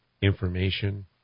information